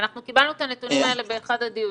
אנחנו קיבלנו את הנתונים האלה באחד הדיונים.